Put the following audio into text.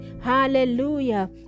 Hallelujah